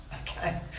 okay